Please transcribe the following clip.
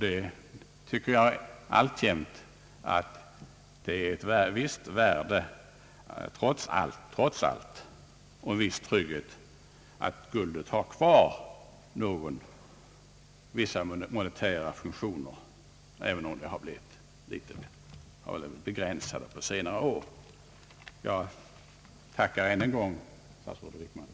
Jag tycker alltjämt att det har ett visst värde, trots allt, och ger en viss trygghet, trots allt, att guldet har kvar sina monetära funktioner, även om de har blivit litet begränsade på senare år. Jag tackar än en gång statsrådet Wickman.